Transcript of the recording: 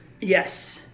Yes